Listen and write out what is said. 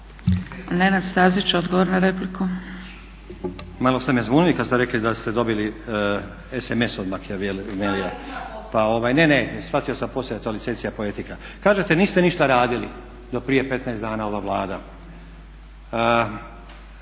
Nenad (SDP)** Odgovor na repliku